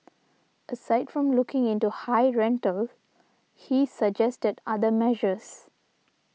aside from looking into high rentals he suggested other measures